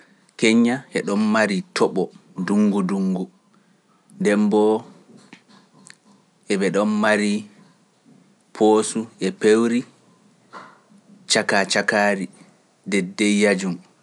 Keñña e ɗon mari toɓo, ndungu ndungu, ndemboo e ɓe ɗon mari poosu e pewri caka cakaari, de dey yaajum.